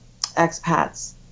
expats